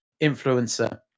influencer